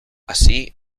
así